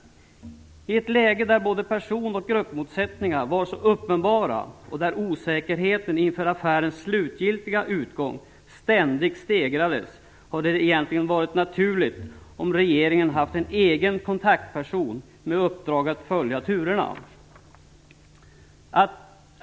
I ett läge där både person och gruppmotsättningarna var så uppenbara och där osäkerheten inför affärens slutgiltiga utgång ständigt stegrades hade det egentligen varit naturligt om regeringen haft en egen kontaktperson med uppdrag att följa turerna.